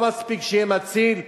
לא מספיק שיהיה מציל,